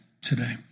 today